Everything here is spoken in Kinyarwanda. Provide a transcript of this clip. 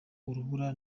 urubura